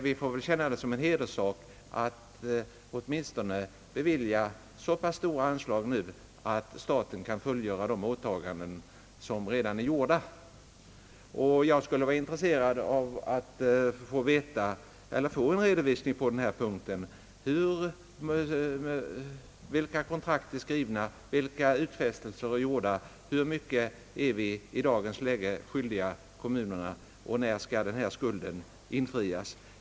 Vi får väl känna det som en hederssak att åtminstone bevilja så pass stora anslag att staten kan fullgöra de åtaganden som redan är gjorda. Jag skulle vara intresserad av att få en redovisning på den här punkten över vilka kontrakt som är skrivna, vilka utfästelser som är gjorda, hur mycket vi i dagens läge är skyldiga kommunerna och när denna skuld skall infrias.